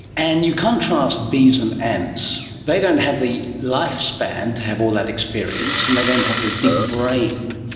and you contrast bees and ants, they don't have the lifespan to have all that experience and they don't have the big brain,